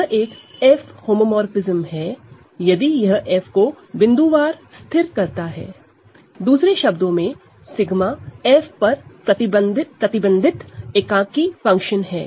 यह एक F homomorphism है यदि यह F को पॉइंटवाइस फिक्स करता है दूसरे शब्दों में 𝜎 F पर प्रतिबंधित आइडेंटिटी फंक्शन है